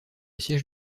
siège